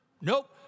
Nope